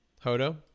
hodo